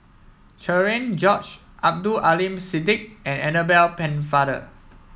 Cherian George Abdul Aleem Siddique and Annabel Pennefather